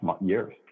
years